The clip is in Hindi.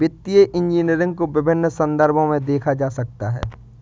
वित्तीय इंजीनियरिंग को विभिन्न संदर्भों में देखा जा सकता है